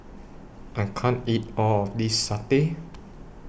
I can't eat All of This Satay